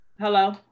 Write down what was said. Hello